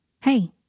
Hey